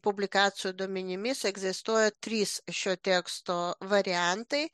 publikacijų duomenimis egzistuoja trys šio teksto variantai